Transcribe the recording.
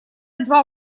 два